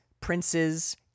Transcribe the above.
princes